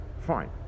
Fine